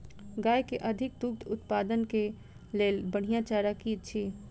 गाय केँ अधिक दुग्ध उत्पादन केँ लेल बढ़िया चारा की अछि?